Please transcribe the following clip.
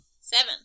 seven